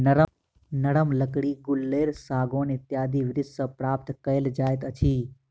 नरम लकड़ी गुल्लरि, सागौन इत्यादि वृक्ष सॅ प्राप्त कयल जाइत अछि